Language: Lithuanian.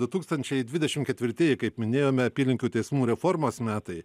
du tūkstančiai dvidešim ketvirtieji kaip minėjome apylinkių teismų reformos metai